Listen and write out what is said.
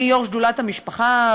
אני יו"ר שדולת המשפחה,